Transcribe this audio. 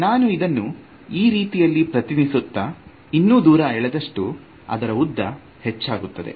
ನಾನು ಇದನ್ನು ಈ ರೀತಿಯಲ್ಲಿ ಪ್ರತಿನಿಧಿಸುತ್ತಾ ಇನ್ನು ದೂರ ಎಳೆದಷ್ಟು ಅದರ ಉದ್ದ ಹೆಚ್ಚಾಗುತ್ತದೆ